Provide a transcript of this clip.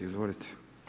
Izvolite.